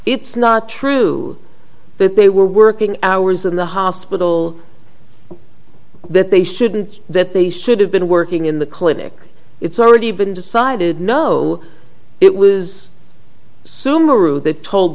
it's not true that they were working hours in the hospital that they shouldn't that they should have been working in the clinic it's already been decided no it was